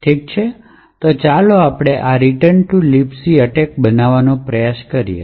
ઠીક છે તો ચાલો આપણે આ રીટર્ન ટુ libc એટેક બનાવવાનો પ્રયાસ કરીએ